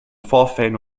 vorfällen